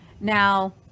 Now